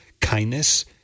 kindness